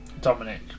Dominic